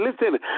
Listen